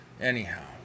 Anyhow